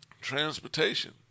transportation